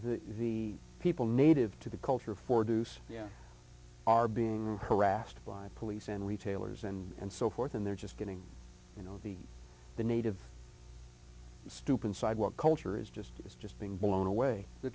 the people native to the culture for do so yeah are being harassed by police and retailers and so forth and they're just getting you know the the native stupid sidewalk culture is just it's just being blown away the